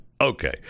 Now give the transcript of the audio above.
Okay